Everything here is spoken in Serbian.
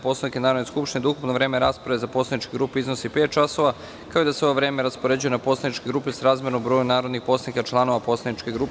Poslovnika Narodne skupštine, ukupno vreme rasprave za poslaničke grupe iznosi pet časova, kao i da se ovo vreme raspoređuje na poslaničke grupe srazmerno broju narodnih poslanika članova poslaničke grupe.